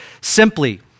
simply